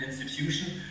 institution